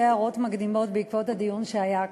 הערות מקדימות בעקבות הדיון שהיה כאן.